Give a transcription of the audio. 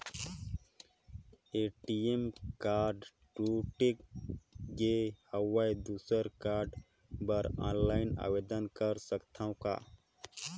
ATM card टूट गे हववं दुसर कारड बर ऑनलाइन आवेदन कर सकथव का?